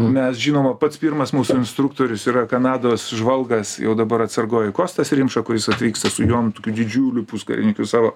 mes žinoma pats pirmas mūsų instruktorius yra kanados žvalgas jau dabar atsargoj kostas rimša kuris atvyksta su jonu tokiu didžiuliu puskarininkiu savo